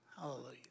Hallelujah